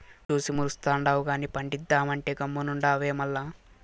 చూసి మురుస్తుండావు గానీ పండిద్దామంటే గమ్మునుండావే మల్ల